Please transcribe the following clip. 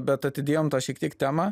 bet atidėjom tą šiek tiek temą